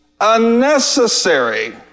unnecessary